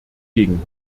gegen